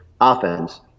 offense